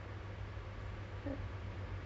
doing that type of job I'm like !huh!